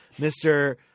Mr